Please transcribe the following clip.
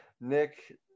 Nick